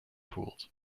pools